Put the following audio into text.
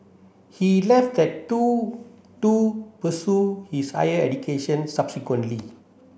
he left that too to pursue his higher education subsequently